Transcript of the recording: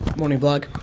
morning vlog.